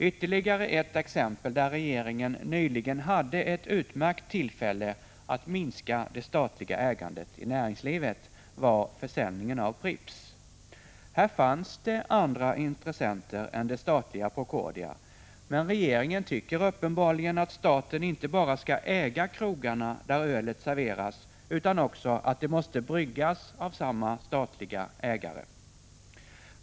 Ytterligare ett exempel där regeringen nyligen hade ett utmärkt tillfälle att LU fanns det andra intressenter än det statliga Procordia, men regeringen tycker uppenbarligen inte bara att staten skall äga krogarna där ölet serveras utan också att ölet måste bryggas av samma statliga ägare.